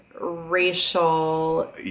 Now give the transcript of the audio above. racial